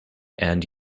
and